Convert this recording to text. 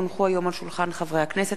כי הונחו היום על שולחן הכנסת,